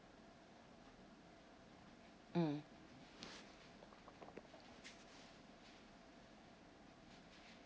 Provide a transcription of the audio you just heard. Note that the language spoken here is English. mm